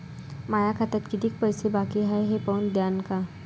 माया खात्यात कितीक पैसे बाकी हाय हे पाहून द्यान का?